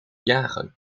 jagen